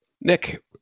Nick